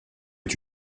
est